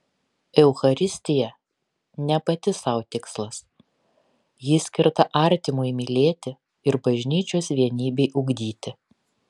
eucharistija ne pati sau tikslas ji skirta artimui mylėti ir bažnyčios vienybei ugdyti